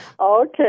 Okay